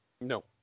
No